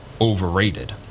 overrated